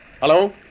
Hello